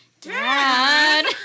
Dad